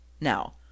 now